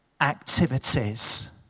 activities